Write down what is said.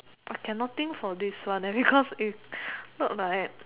I cannot think for this one because if not like I am